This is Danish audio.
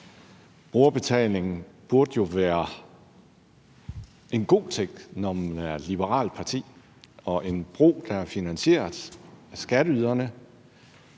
Brugerbetalingen burde jo være en god ting, når man er et liberalt parti, og en bro, der er finansieret af skatteyderne,